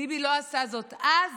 ביבי לא עשה זאת אז